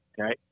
Okay